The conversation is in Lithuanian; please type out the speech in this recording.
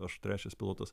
aš trečias pilotas